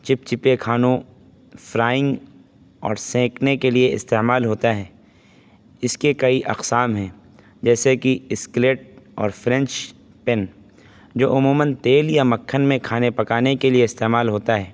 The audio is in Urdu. چپچپے کھانوں فلائنگ اور سینکنے کے لیے استعمال ہوتا ہے اس کے کئی اقسام ہیں جیسے کہ اسکلیٹ اور فرینچ پین جو عموماً تیل یا مکھن میں کھانے پکانے کے لیے استعمال ہوتا ہے